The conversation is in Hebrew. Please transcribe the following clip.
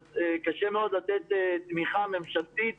אז קשה מאוד לתת תמיכה ממשלתית